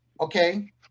Okay